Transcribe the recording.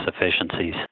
efficiencies